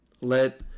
Let